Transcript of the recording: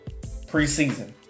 preseason